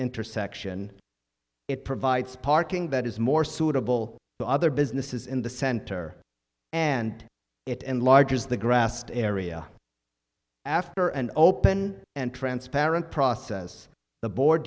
intersection it provides parking that is more suitable the other businesses in the center and it enlarges the grassed area after an open and transparent process the board